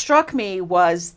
struck me was